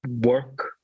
work